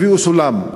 הביאו סולם,